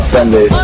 Sunday